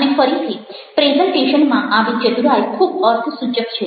અને ફરીથી પ્રેઝન્ટેશનમાં આવી ચતુરાઈ ખૂબ અર્થસૂચક છે